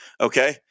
okay